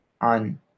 On